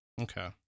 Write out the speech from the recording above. Okay